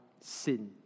sin